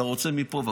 אתה רוצה מפה?